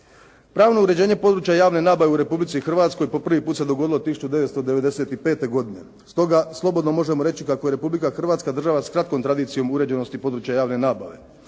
Pravno uređenje područja javne nabave u Republici Hrvatskoj po prvi put se dogodilo 1995. godine. Stoga slobodno možemo reći kako je Republika Hrvatska država s kratkom tradicijom uređenosti područja javne nabave.